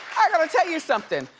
i gotta tell you something.